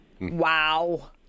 Wow